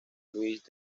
luis